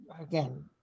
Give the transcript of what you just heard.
again